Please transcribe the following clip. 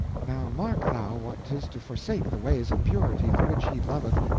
now mark thou what tis to forsake the ways of purity the which he loveth,